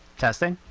testing,